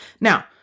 Now